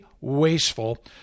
wasteful